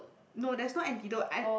no there's no antidote and